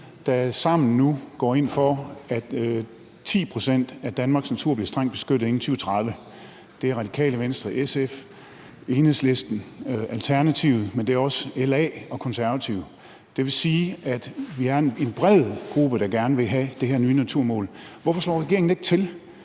der nu sammen går ind for, at 10 pct. af Danmarks natur bliver strengt beskyttet inden 2030. Det er Radikale Venstre, SF, Enhedslisten og Alternativet, men det er også LA og Konservative. Det vil sige, at vi er en bred gruppe, der gerne vil have det her nye naturmål. Hvorfor slår regeringen ikke til?